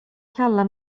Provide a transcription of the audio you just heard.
kalla